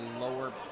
lower